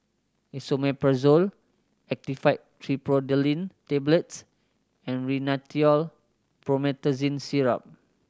Esomeprazole Actifed Triprolidine Tablets and Rhinathiol Promethazine Syrup